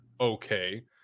okay